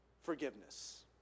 forgiveness